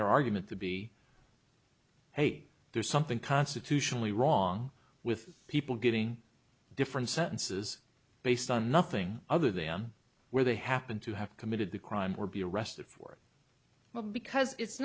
their argument to be hey there's something constitutionally wrong with people getting different sentences based on nothing other than where they happen to have committed the crime or be arrested for well because it's